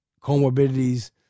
comorbidities